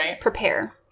prepare